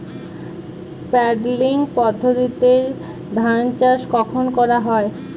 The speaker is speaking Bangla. পাডলিং পদ্ধতিতে ধান চাষ কখন করা হয়?